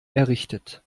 errichtet